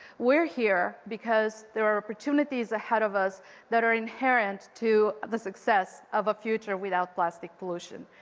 we're here because there are opportunities ahead of us that are inherent to the success of a future without plastic pollution.